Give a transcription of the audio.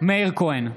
מאיר כהן,